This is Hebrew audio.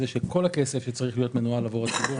זה שכל הכסף שצריך להיות מנוהל עבור הציבור,